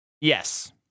Yes